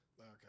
Okay